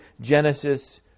Genesis